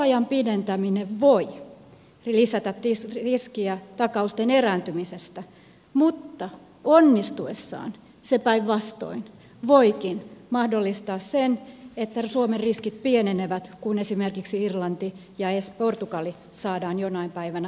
takausajan pidentäminen voi lisätä riskiä takausten erääntymisestä mutta onnistuessaan se päinvastoin voikin mahdollistaa sen että suomen riskit pienevät kun esimerkiksi irlanti ja portugali saadaan jonain päivänä takaisin markkinoille